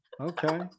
Okay